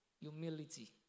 humility